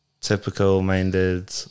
typical-minded